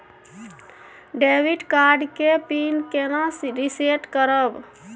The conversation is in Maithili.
डेबिट कार्ड के पिन केना रिसेट करब?